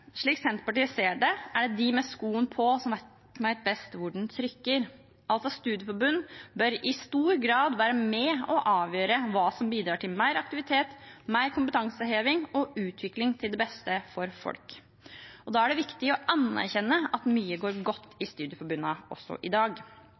Slik Senterpartiet ser det, er det de med skoen på, som vet best hvor den trykker. Altså bør studieforbund i stor grad være med og avgjøre hva som bidrar til mer aktivitet, mer kompetanseheving og utvikling til det beste for folk. Da er det viktig å anerkjenne at mye går godt i